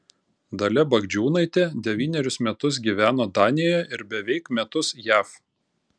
dalia bagdžiūnaitė devynerius metus gyveno danijoje ir beveik metus jav